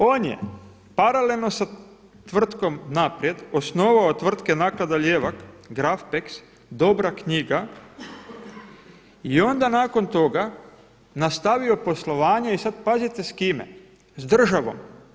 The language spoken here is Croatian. On je paralelno sa tvrtkom „Naprijed“ osnovao tvrtke Naklada „Ljevak“, „Grafpex“, „Dobra knjiga“ i onda nakon toga nastavio poslovanje i sada pazite s kime, s državom.